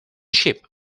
ship